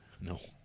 No